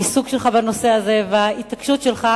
העיסוק שלך בנושא הזה וההתעקשות שלך,